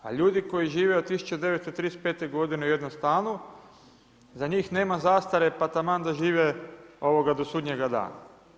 A ljudi koji žive od 1935. godine u jednom stanu za njih nema zastare pa taman da žive do sudnjega dana.